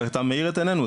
ואתה מאיר את עינינו,